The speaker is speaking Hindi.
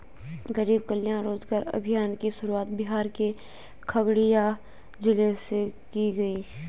गरीब कल्याण रोजगार अभियान की शुरुआत बिहार के खगड़िया जिले से की गयी है